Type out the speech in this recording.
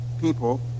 people